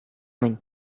мӗн